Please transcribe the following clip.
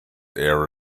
air